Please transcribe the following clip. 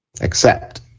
Accept